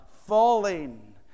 Falling